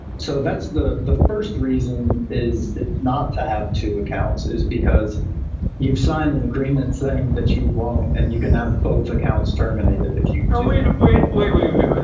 so that's the the first reason is it not to have two accounts is because you sign an agreement saying that you won't and you can have both accounts terminated if you do. know wait, wait, wait, wait, wait, wait.